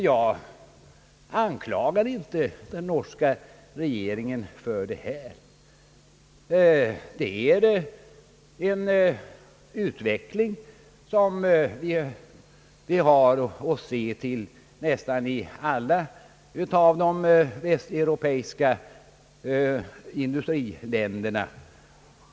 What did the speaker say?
Jag anklagar inte den norska regeringen för detta. Det är en utveckling som vi har sett i nästan alla västeuropeiska industriländer.